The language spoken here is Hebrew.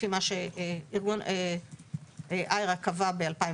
לפי מה ש- IARC קבעה ב-2019.